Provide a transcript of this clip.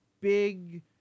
big